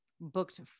booked